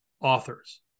authors